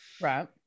right